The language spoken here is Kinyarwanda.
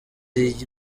iyi